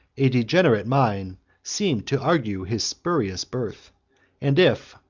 a degenerate mind seemed to argue his spurious birth and if,